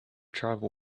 tribal